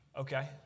Okay